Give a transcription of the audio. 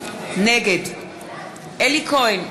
נגד אלי כהן,